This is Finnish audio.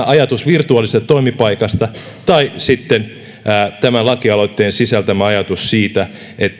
ajatus virtuaalisesta toimipaikasta tai sitten tämän lakialoitteen sisältämä ajatus siitä että